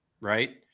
right